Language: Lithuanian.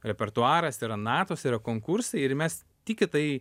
repertuaras yra natos yra konkursai ir mes tik į tai